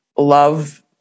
love